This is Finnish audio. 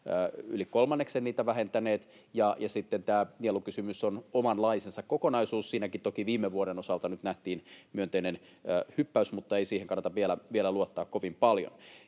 yli kolmanneksen niitä vähentäneet. Ja sitten tämä nielukysymys on omanlaisensa kokonaisuus. Siinäkin toki viime vuoden osalta nyt nähtiin myönteinen hyppäys, mutta ei siihen kannata vielä luottaa kovin paljon.